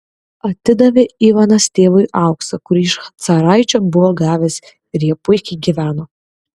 atidavė ivanas tėvui auksą kurį iš caraičio buvo gavęs ir jie puikiai gyveno